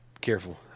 Careful